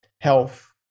health